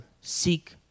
Seek